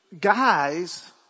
guys